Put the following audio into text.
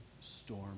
storm